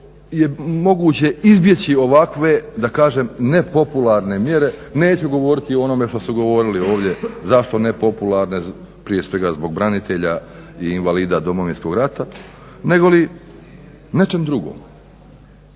je moguće izbjeći ovakve nepopularne mjere, neću govoriti o onome što su govorili ovdje, zašto ne popularne prije svega zbog branitelja i invalida Domovinskog rata negoli nečem drugom.